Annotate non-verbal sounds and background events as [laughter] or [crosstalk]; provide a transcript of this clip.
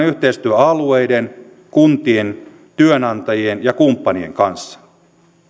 [unintelligible] yhteistyö alueiden kuntien työnantajien ja kumppanien kanssa